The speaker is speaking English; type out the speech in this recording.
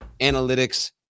analytics